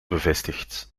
bevestigd